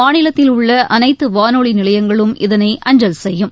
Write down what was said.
மாநிலத்தில் உள்ள அனைத்து வானொலி நிலையங்களும் இதனை அஞ்சல் செய்யும்